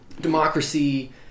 democracy